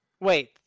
Wait